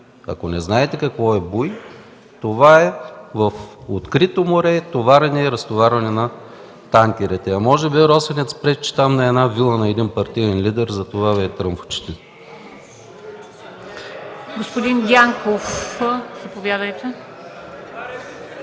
Ако не знаете какво е буй, това е в открито море товарене и разтоварване на танкерите. А може би Росенец пречи на една вила на един партиен лидер, затова Ви е трън в очите.